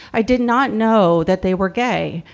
i did not know that they were gay.